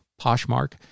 Poshmark